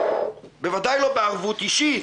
בוודאי לא בערבות אישית,